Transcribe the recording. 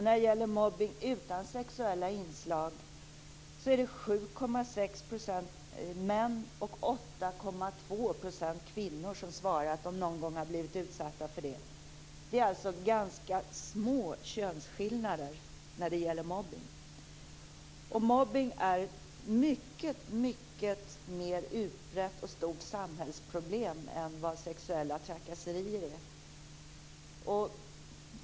När det gäller mobbning utan sexuella inslag är det 7,6 % män och 8,2 % kvinnor som svarar att de någon gång har blivit utsatta för sådan. Det är alltså ganska små könsskillnader i fråga om mobbning. Mobbning är mycket mera ett utbrett och stort samhällsproblem än vad sexuella trakasserier är.